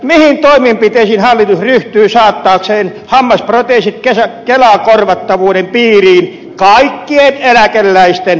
mihin toimenpiteisiin hallitus ryhtyy saattaakseen hammasproteesit kelakorvattavuuden piiriin kaikkien eläkeläisten kohdalla